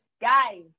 Guys